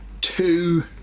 two